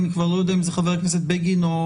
אני כבר לא יודע אם זה חבר הכנסת בגין או